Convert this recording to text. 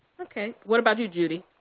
okay, what about you, judy?